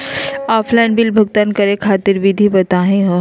Offline bill भुगतान करे खातिर विधि बताही हो?